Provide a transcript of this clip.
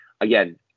again